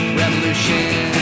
revolution